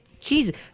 Jesus